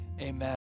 amen